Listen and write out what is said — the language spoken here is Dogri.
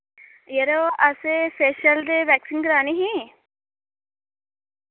यरो असें फेशल ते वैक्सिंग करानी ही